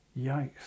Yikes